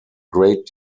great